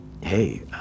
Hey